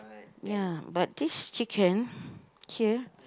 ya but this chicken here